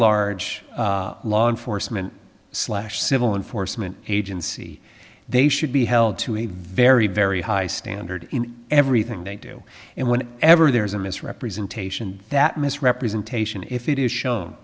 large law enforcement slash civil enforcement agency they should be held to a very very high standard in everything they do and when ever there is a misrepresentation that misrepresentation if it is show